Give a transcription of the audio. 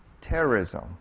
terrorism